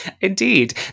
indeed